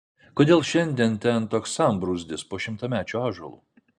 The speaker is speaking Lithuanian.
kodėl šiandien ten toks sambrūzdis po šimtamečiu ąžuolu